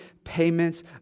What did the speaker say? payments